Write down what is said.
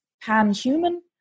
pan-human